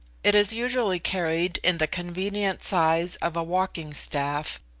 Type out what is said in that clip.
it is usually carried in the convenient size of a walking-staff,